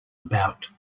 about